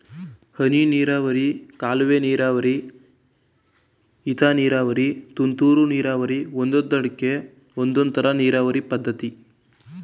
ಹನಿನೀರಾವರಿ ಕಾಲುವೆನೀರಾವರಿ ಏತನೀರಾವರಿ ತುಂತುರು ನೀರಾವರಿ ಒಂದೊಂದ್ಕಡೆ ಒಂದೊಂದ್ತರ ನೀರಾವರಿ ಪದ್ಧತಿ